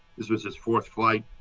this was his fourth flight.